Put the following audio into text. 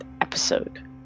episode